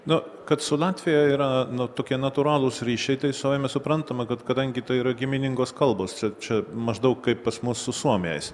nu kad su latvija yra nu tokie natūralūs ryšiai tai savaime suprantama kad kadangi tai yra giminingos kalbos čia maždaug kaip pas mus su suomiais